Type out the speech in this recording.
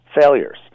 failures